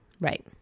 right